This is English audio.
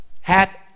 hath